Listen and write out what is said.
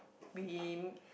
we